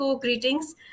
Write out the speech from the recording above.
greetings